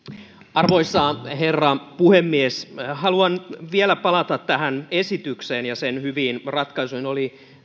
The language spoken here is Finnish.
arvoisa herra puhemies haluan vielä palata tähän esitykseen ja sen hyviin ratkaisuihin oli